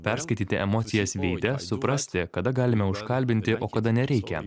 perskaityti emocijas veide suprasti kada galime užkalbinti o kada nereikia